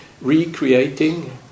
recreating